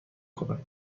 کنم